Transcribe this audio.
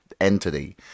entity